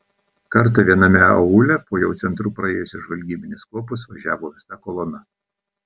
kartą viename aūle po jau centru praėjusios žvalgybinės kuopos važiavo visa kolona